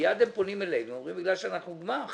מייד הם פונים אלינו ואומרים: בגלל שאנחנו גמ"ח